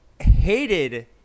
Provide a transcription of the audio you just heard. hated